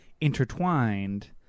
intertwined